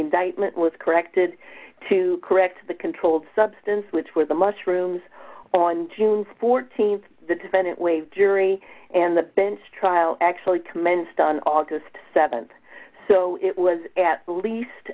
indictment was corrected to correct the controlled substance which were the mushrooms on june th the defendant waived jury and the bench trial actually commenced on august th so it was at least